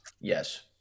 Yes